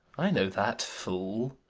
i know that, fool.